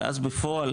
ואז בפועל,